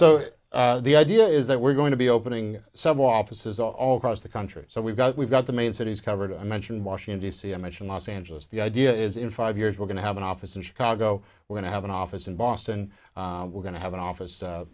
so the idea is that we're going to be opening some offices all across the country so we've got we've got the main cities covered i mentioned washington d c i mentioned los angeles the idea is in five years we're going to have an office in chicago when i have an office in boston we're going to have an office